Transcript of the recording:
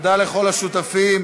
תודה לכל השותפים.